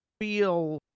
feel